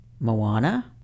Moana